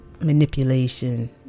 manipulation